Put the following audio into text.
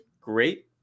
Great